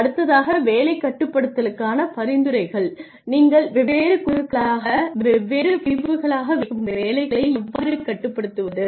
அடுத்ததாக வேலை கட்டுப்படுத்தலுக்கான பரிந்துரைகள் நீங்கள் வெவ்வேறு குழுக்களாக வெவ்வேறு பிரிவுகளாக வைக்கும் வேலைகளை எவ்வாறு கட்டுப்படுத்துவது